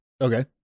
Okay